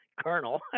colonel